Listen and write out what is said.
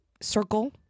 circle